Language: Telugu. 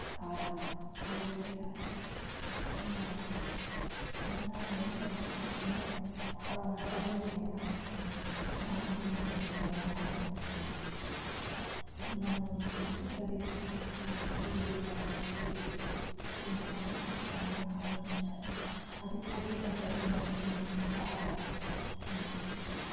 కాదా అది అడగాలి మన రైతులకు వచ్చే ఇంకం డబుల్ చేస్తాం అన్నారు దాని గురించి అడగాలనుకుంటున్నాను మన ఉత్తరప్రదేశ్లో మనకు గుళ్ళు కానీ ఏది బాగా కట్టిస్తామని హామీ ఇచ్చారు అది పూర్తిగా జరిగినట్టేనా కాదా అనేసి